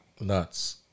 Nuts